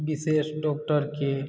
विशेष डॉक्टरके